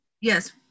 Yes